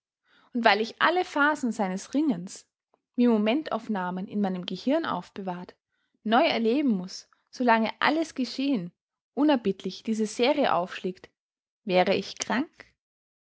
und weil ich alle phasen seines ringens wie momentaufnahmen in meinem gehirn aufbewahrt neu erleben muß so lange alles geschehen unerbittlich diese serie aufschlägt wäre ich krank